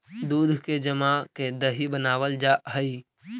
दूध के जमा के दही बनाबल जा हई